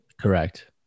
Correct